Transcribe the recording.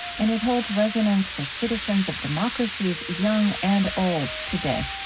and it holds resonance for citizens of democracies young and old today.